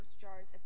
jars